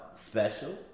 special